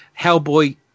Hellboy